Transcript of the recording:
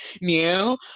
new